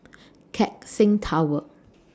Keck Seng Tower